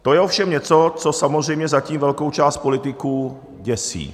To je ovšem něco, co samozřejmě zatím velkou část politiků děsí.